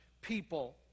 people